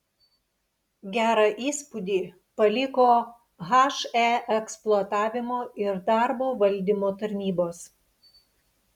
gerą įspūdį paliko he eksploatavimo ir darbo valdymo tarnybos